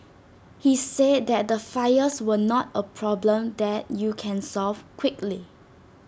he said that the fires were not A problem that you can solve quickly